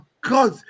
God